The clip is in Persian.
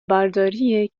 برداری